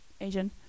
Asian